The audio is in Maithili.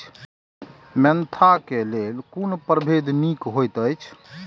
मेंथा क लेल कोन परभेद निक होयत अछि?